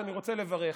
ואני רוצה לברך.